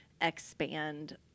expand